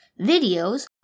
videos